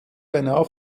beinahe